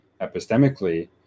epistemically